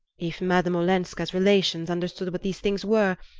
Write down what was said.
if madame olenska's relations understood what these things were,